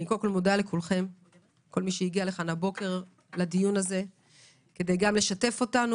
אני קודם כל מודה לכל מי שהגיע לדיון הזה הבוקר כדי לשתף אותנו